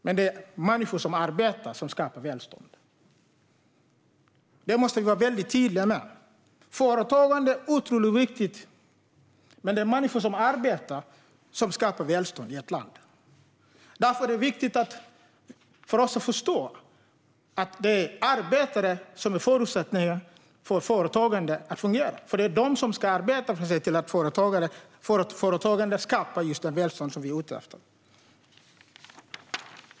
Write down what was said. Men det är människor som arbetar som skapar välstånd i ett land. Det måste vi vara mycket tydliga med. Därför är det viktigt för oss att förstå att det är arbetare som är förutsättningen för att företagandet ska fungera. Det är de som arbetar som ser till att företagandet skapar just det välstånd som vi är ute efter.